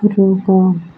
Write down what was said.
ରୋଗ